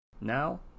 Now